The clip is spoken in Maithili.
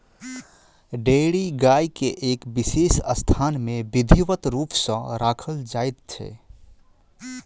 डेयरी गाय के एक विशेष स्थान मे विधिवत रूप सॅ राखल जाइत छै